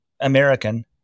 American